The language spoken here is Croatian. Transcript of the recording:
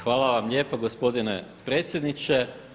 Hvala vam lijepa gospodine predsjedniče.